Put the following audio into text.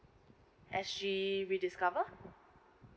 S G rediscover